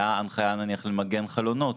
הייתה הנחיה נניח למגן חלונות,